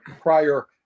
prior